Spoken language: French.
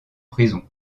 prison